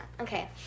Okay